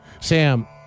Sam